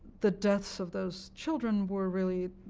the deaths of those children were really